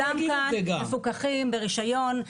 כולם כאן מפוקחים, ברישיון.